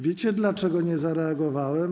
Wiecie, dlaczego nie zareagowałem?